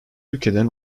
ülkeden